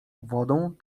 wodą